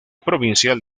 provincial